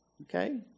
Okay